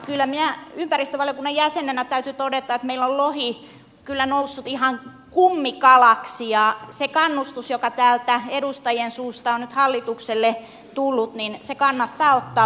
kyllä minun ympäristövaliokunnan jäsenenä täytyy todeta että meillä on lohi noussut ihan kummikalaksi ja se kannustus joka täältä edustajien suusta on nyt hallitukselle tullut kannattaa ottaa vakavasti